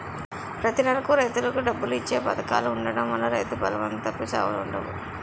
ప్రతి నెలకు రైతులకు డబ్బులు ఇచ్చే పధకాలు ఉండడం వల్ల రైతు బలవంతపు చావులుండవు